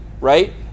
right